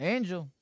Angel